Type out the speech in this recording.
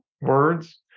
words